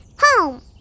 home